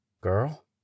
Girl